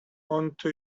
unto